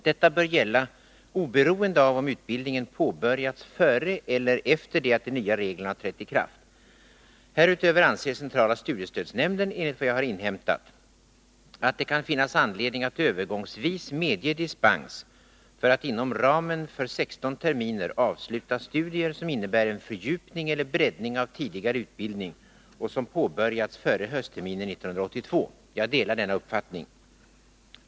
Detta bör gälla oberoende av om utbildningen påbörjats före eller efter det att de nya reglerna har trätt i kraft. Härutöver anser centrala studiestödsnämnden, enligt vad jag har inhämtat, att det kan finnas anledning att övergångsvis medge dispens för att inom ramen för 16 terminer avsluta studier som innebär en fördjupning eller breddning av tidigare utbildning och som påbörjats före höstterminen 1982. Jag delar denna uppfattning.